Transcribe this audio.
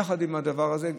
יחד עם הדבר הזה,